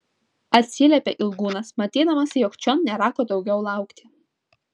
atsiliepė ilgūnas matydamas jog čion nėra ko daugiau laukti